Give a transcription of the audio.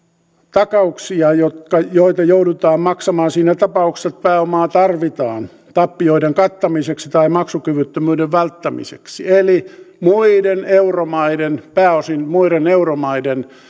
takauksia joita joudutaan maksamaan siinä tapauksessa että pääomaa tarvitaan tappioiden kattamiseksi tai maksukyvyttömyyden välttämiseksi eli muiden euromaiden pääosin muiden euromaiden